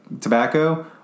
tobacco